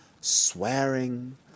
swearing